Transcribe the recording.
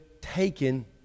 taken